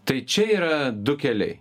tai čia yra du keliai